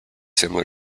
similar